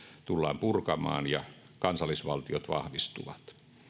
tullaan purkamaan ja kansallisvaltiot vahvistuvat